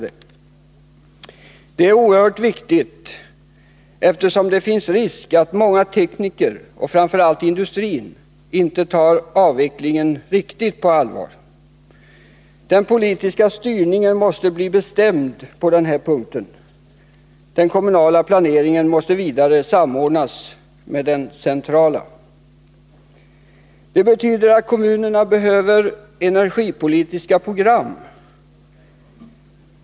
Detta är oerhört viktigt, eftersom det finns risk att många tekniker och framför allt industrin inte tar avvecklingen riktigt på allvar. Den politiska styrningen måste bli bestämd på den här punkten. Den kommunala planeringen måste vidare samordnas med den centrala. Det betyder att kommunerna behöver energipolitiska program.